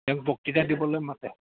তেওঁক বক্তৃতা দিবলৈ মাতে